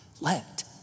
Let